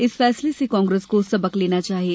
इस फैसले से कांग्रेस को सबक लेना चाहिये